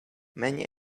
many